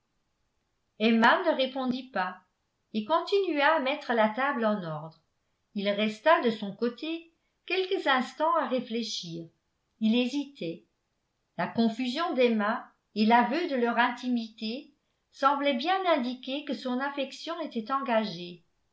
emma ne répondit pas et continua à mettre la table en ordre il resta de son côté quelques instants à réfléchir il hésitait la confusion d'emma et l'aveu de leur intimité semblait bien indiquer que son affection était engagée